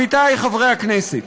עמיתי חברי הכנסת,